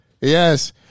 yes